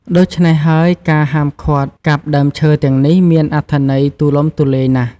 ដូច្នេះហើយ ការហាមឃាត់កាប់ដើមឈើទាំងនេះមានអត្ថន័យទូលំទូលាយណាស់។